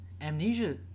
Amnesia